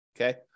Okay